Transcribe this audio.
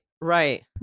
Right